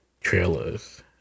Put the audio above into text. trailers